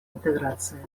интеграции